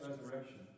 resurrection